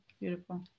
Beautiful